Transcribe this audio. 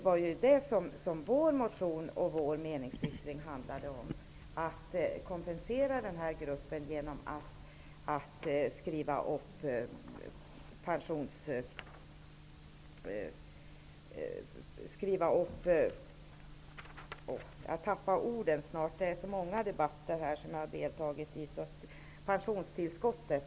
Vad vår motion och meningsyttring handlar om är att kompensera dessa pensionärer genom att skriva upp pensionstillskottet.